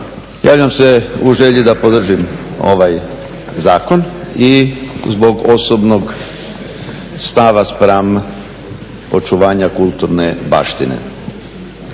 Javljam se u želji da podržim ovaj zakon i zbog osobnog stava spram očuvanja kulturne baštine.